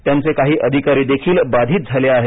त्यांचे काही अधिकारीदेखील बाधित झाले आहेत